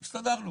הסתדרנו.